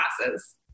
classes